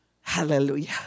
Hallelujah